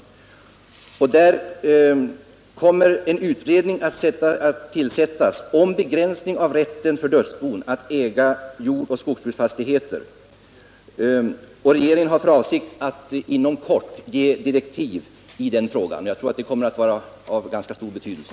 Det kommer att tillsättas en utredning med uppgift att lägga fram förslag om begränsning av rätten för dödsbon att äga jordoch skogsbruksfastigheter. Regeringen har för avsikt att inom kort utfärda direktiv i frågan. Jag tror att åtgärder på detta område kommer att få ganska stor betydelse.